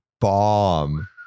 bomb